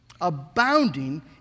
Abounding